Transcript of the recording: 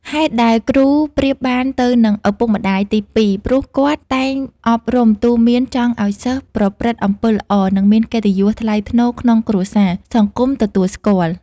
ហេតុដែល គ្រូប្រៀបបានទៅនឹងឱពុកម្តាយទីពីរព្រោះគាត់តែងអប់រំទូន្មានចង់ឱ្យសិស្សប្រព្រឹត្តអំពើល្អ និងមានកិត្តិយសថ្លៃថ្នូរក្នុងគ្រួសារ សង្គមទទួលស្គាល់។